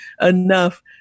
enough